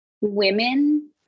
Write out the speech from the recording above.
women